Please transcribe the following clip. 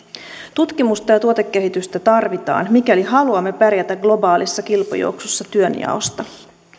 tutkimusta ja tuotekehitystä tarvitaan mikäli haluamme pärjätä globaalissa kilpajuoksussa työnjaosta